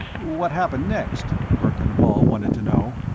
what happened next? verkan vall wanted to know.